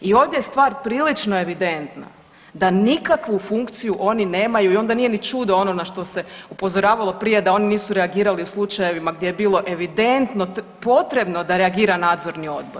I ovdje je stvar prilično evidentna da nikakvu funkciju oni nemaju i onda nije ni čudo ono na što se upozoravalo prije da oni nisu reagirali u slučajevima gdje je bilo evidentno potrebno da reagira nadzorni odbor.